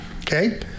okay